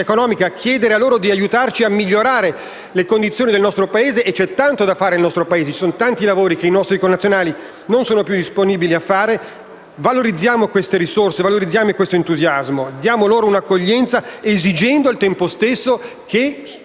economica e chiedere loro di aiutarci a migliorare le condizioni del nostro Paese, perché c'è tanto da fare nel nostro Paese, ci sono tanti lavori che i nostri connazionali non sono più disposti a fare. Valorizziamo queste risorse e questo entusiasmo, diamo loro accoglienza esigendo al tempo stesso che,